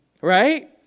right